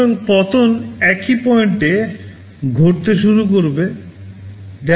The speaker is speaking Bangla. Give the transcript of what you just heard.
সুতরাং পতন একই পয়েন্টে ঘটতে শুরু করবে W